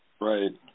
Right